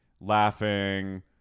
laughing